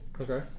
okay